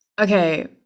okay